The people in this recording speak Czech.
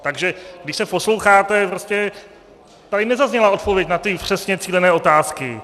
Takže když se posloucháte, prostě tady nezazněla odpověď na ty přesně cílené otázky.